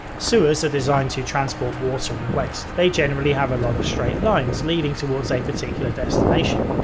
sewers are designed to transport water and waste. they generally have a lot of straight lines leading towards a particular destination.